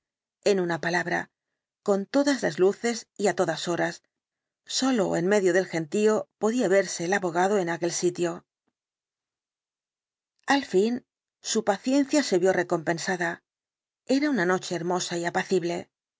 en una palabra con todas las luces y á todas horas solo ó en medio del gentío podía verse el abogado en aquel sitio al fin su paciencia se vio recompensada era una noche hermosa y apacible